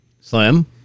Slim